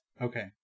Okay